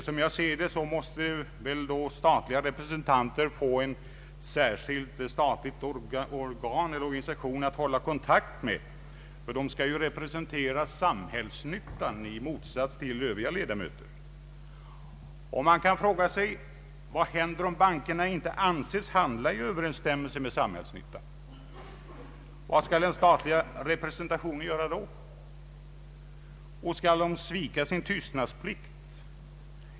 Som jag ser det måste statliga representanter få en särskild statlig organisation att hålla kontakt med. De skall ju representera ”samhällsnyttan” i motsats till övriga ledamöter. Man kan fråga sig vad som händer om bankerna inte anses handla i överensstämmelse med ”samhällsnyttan”. Vad skall den statliga representationen då göra? Skall dessa ledamöter svika sin tystnadsplikt?